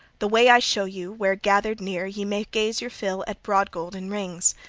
the way i show you, where, gathered near, ye may gaze your fill at broad-gold and rings.